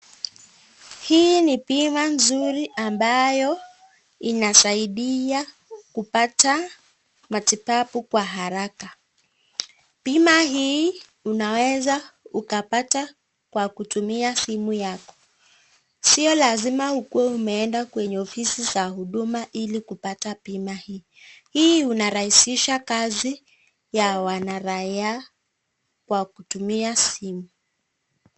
Hii ni bima nzuri ambayo inasaidia kupata matibabu kwa haraka, bima hii unaweza ukapata kwa kutumia simu yako, sio lazima ikuwe umeenda kwa ofisi ya huduma ili kupata bima hii, hii unarahisisha kazi ya wanaraiaa kwa kutumia simu.